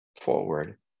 forward